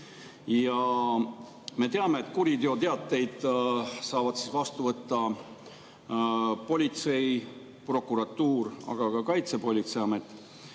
Me teame, et kuriteoteateid saavad vastu võtta politsei, prokuratuur, aga ka Kaitsepolitseiamet.